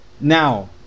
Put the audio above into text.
Now